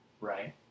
right